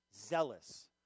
zealous